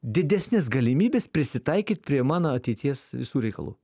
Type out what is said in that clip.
didesnes galimybes prisitaikyt prie mano ateities visų reikalų